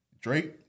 Drake